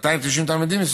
290 תלמידים,